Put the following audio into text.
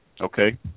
Okay